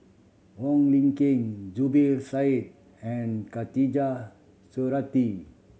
Wong Lin Ken Zubir Said and Khatijah Surattee